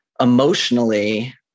emotionally